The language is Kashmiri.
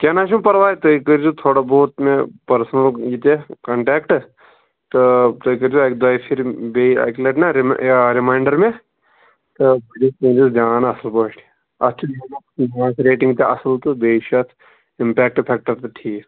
کیٚنٛہہ نہ حظ چھُ پَرواے تُہۍ کٔرۍزیٚو تھوڑا بہت مےٚ پٔرسنل یہِ تہِ آسہِ کَنٹیکٹہٕ تہٕ تُہۍ کٔرۍزیٚو اکہِ دویہِ پھِرِ بیٚیہِ اکہِ لَٹہِ نا رِمہٕ رِیا رِمایِنٛڈَر مےٚ تہٕ بہٕ دِمہٕ دیان اَصٕل پٲٹھۍ اَتھ چھِ رِمارکٕس ریٚٹِنٛگ تہِ اَصٕل پٲٹھۍ بیٚیہِ چھِ اَتھ اِمپیٚکٹہٕ فیکٹَر تہِ ٹھیٖک